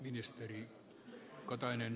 arvoisa puhemies